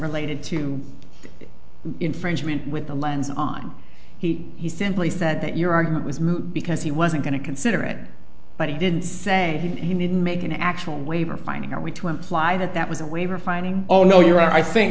related to the infringement with the lens on he he simply said that your argument was moot because he wasn't going to consider it but he didn't say he didn't make an actual waiver finding are we to imply that that was a way refining oh no you're i think